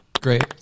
Great